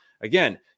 again